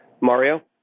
Mario